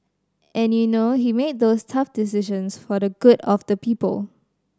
and you know he made those tough decisions for the good of the people